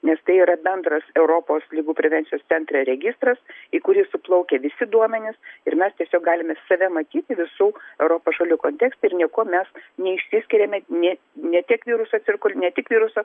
nes tai yra bendras europos ligų prevencijos centre registras į kurį suplaukia visi duomenys ir mes tiesiog galime save matyti visų europos šalių kontekste ir niekuo mes neišsiskiriame nė ne tiek virusas ir kur ne tik viruso